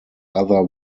other